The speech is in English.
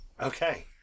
Okay